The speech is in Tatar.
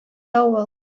давыл